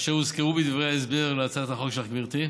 אשר הוזכרו בדברי ההסבר להצעת החוק שלך, גברתי,